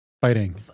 Fighting